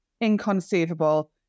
Inconceivable